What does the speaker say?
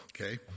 Okay